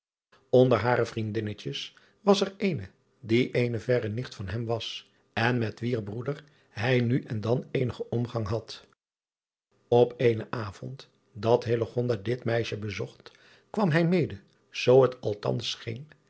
nder hare vriendinnetjes was er eene die eene verre nicht van hem was en met wier broeder hij nu en dan eenigen omgang had p eenen avond dat dit meisje bezocht kwam hij mede zoo het